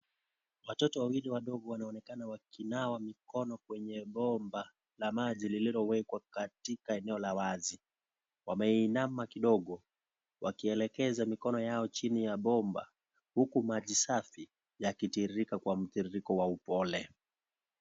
Watoto wawili wadogo wanaonekana wakinawa mikono kwenye bomba la maji lililo wekwa katiaka eneo la wazi. Wameinama kidogo wakielekeza mikono yao chini ya bomba, huku maji safi, yakitiririka kwa mtiririko wa upole.